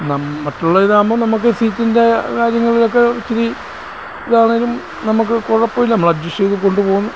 മറ്റുള്ള ഇതാകുമ്പം നമുക്ക് സീറ്റിൻ്റെ കാര്യങ്ങളിലൊക്കെ ഇച്ചിരി ഇതാണേലും നമുക്ക് കുഴപ്പം ഇല്ല നമ്മൾ അഡ്ജസ്റ്റ് ചെയ്ത് കൊണ്ടുപോകും